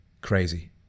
crazy